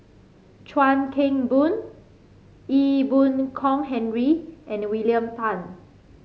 Chuan Keng Boon Ee Boon Kong Henry and William Tan